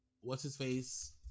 what's-his-face